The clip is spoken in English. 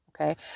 okay